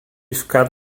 ficar